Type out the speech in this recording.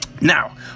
Now